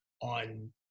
on